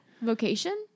Vocation